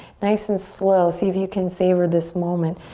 nice and slow see if you can savor this moment.